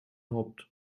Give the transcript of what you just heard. haupt